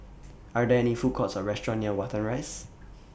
Are There any Food Courts Or restaurants near Watten Rise